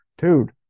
dude